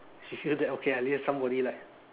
she feels that okay somebody like